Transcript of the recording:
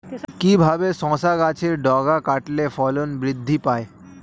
কিভাবে শসা গাছের ডগা কাটলে ফলন বৃদ্ধি পায়?